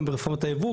גם ברפורמת הייבוא,